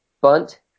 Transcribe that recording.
bunt